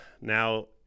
now